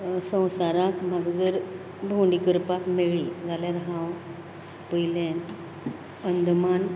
संवसाराक म्हाका जर भोवंडी करपाक मेळ्ळीं जाल्यार हांव पयलेंत अंदमान